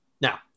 Now